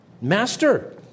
Master